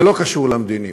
זה לא קשור למדיניות.